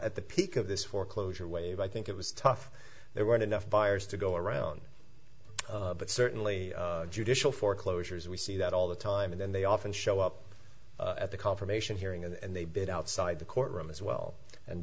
at the peak of this foreclosure wave i think it was tough there weren't enough buyers to go around but certainly judicial foreclosures we see that all the time and then they often show up at the confirmation hearing and they bid outside the courtroom as well and